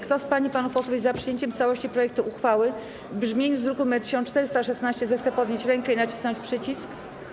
Kto z pań i panów posłów jest za przyjęciem w całości projektu uchwały w brzmieniu z druku nr 1416, zechce podnieść rękę i nacisnąć przycisk.